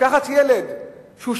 לקחת ילד שהוא שוכב,